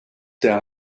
der